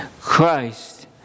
Christ